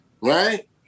Right